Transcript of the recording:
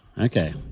Okay